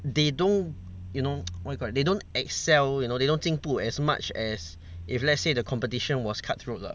they don't you know what you call that they don't excel you know they don't 进步 as much as if let's say the competition was cut throat lah